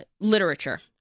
literature